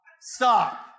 stop